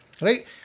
Right